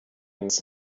his